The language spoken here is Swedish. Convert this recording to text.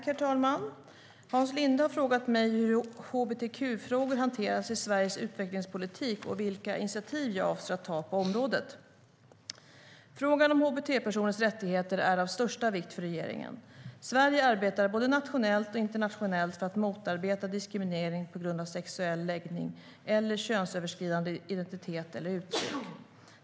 Herr talman! Hans Linde har frågat mig hur hbtq-frågor hanteras i Sveriges utvecklingspolitik och vilka initiativ jag avser att ta på området. Frågan om hbt-personers rättigheter är av största vikt för regeringen. Sverige arbetar, både nationellt och internationellt, för att motarbeta diskriminering på grund av sexuell läggning eller könsöverskridande identitet eller uttryck.